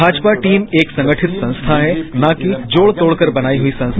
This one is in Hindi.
भाजपा टीम एक संगठित संस्था है न कि जोड़ तोड़ कर बनाई हुई संस्था